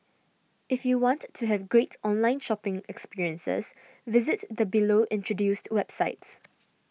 if you want to have great online shopping experiences visit the below introduced websites